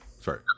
Sorry